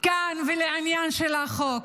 כאן ולעניין של החוק,